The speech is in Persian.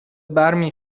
برمی